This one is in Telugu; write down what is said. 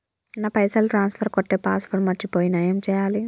నా పైసల్ ట్రాన్స్ఫర్ కొట్టే పాస్వర్డ్ మర్చిపోయిన ఏం చేయాలి?